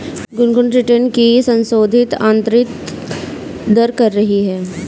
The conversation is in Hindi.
गुनगुन रिटर्न की संशोधित आंतरिक दर कर रही है